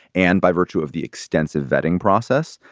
and by virtue of the extensive vetting process.